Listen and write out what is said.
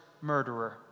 murderer